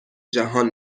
جهان